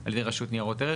על ידי רשות ניירות ערך.